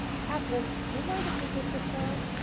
katherine, do you mind if we take this down?